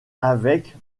avec